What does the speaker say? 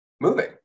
moving